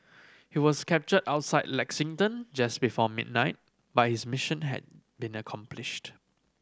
he was captured outside Lexington just before midnight but his mission had been accomplished